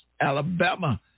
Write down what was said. Alabama